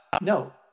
No